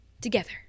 together